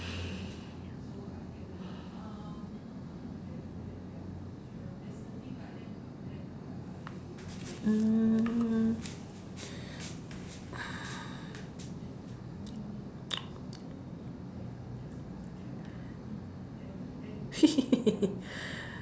mm